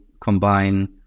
combine